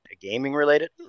gaming-related